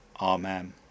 Amen